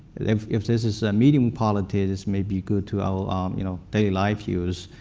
if if this is a medium quality, this may be good to our you know day life use.